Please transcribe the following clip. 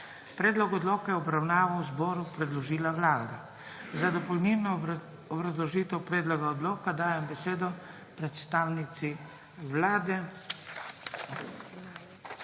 Predlog odloka je v obravnavo zboru predložila Vlada. Za dopolnilno obrazložitev predloga odloka dajem besedo državnemu